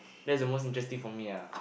that's the most interesting for me ah